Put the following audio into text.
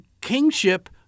kingship